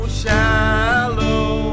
shallow